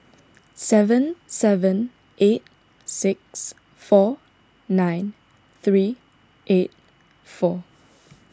seven seven eight six four nine three eight four